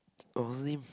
I was the name